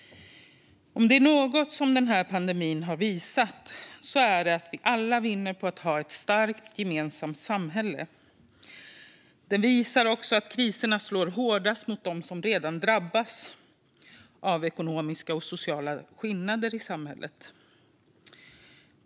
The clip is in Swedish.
Om det är något som pandemin har visat är det att vi alla vinner på att ha ett starkt gemensamt samhälle. Den visar också att kriserna slår hårdast mot dem som redan drabbas av ekonomiska och sociala skillnader i samhället.